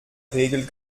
regel